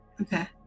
Okay